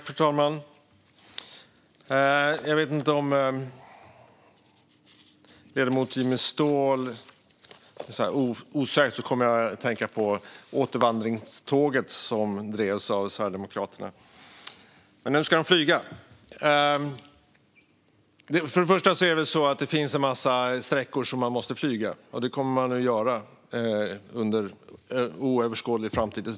Fru talman! När jag hör ledamoten Jimmy Ståhl kommer jag osökt att tänka på frågan om återvandringståget, som drevs av Sverigedemokraterna. Men nu ska de flyga. Först och främst finns det en massa sträckor där man måste flyga, och så kommer det att vara under oöverskådlig framtid.